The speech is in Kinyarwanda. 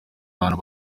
abantu